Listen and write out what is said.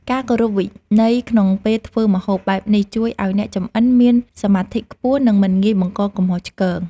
ការគោរពវិន័យក្នុងពេលធ្វើម្ហូបបែបនេះជួយឱ្យអ្នកចម្អិនមានសមាធិខ្ពស់និង មិនងាយបង្កកំហុសឆ្គង។